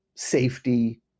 safety